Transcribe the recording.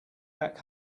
back